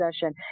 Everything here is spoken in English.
session